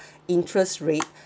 interest rate